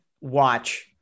watch